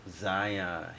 Zion